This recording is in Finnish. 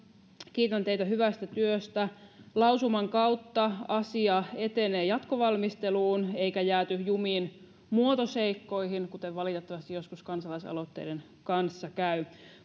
kiitän teitä hyvästä työstä lausuman kautta asia etenee jatkovalmisteluun eikä jääty jumiin muotoseikkoihin kuten valitettavasti joskus kansalaisaloitteiden kanssa käy